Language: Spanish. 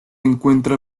encuentra